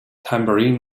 tambourine